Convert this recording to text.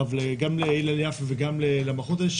גם להלל יפה וגם למקרה הזה,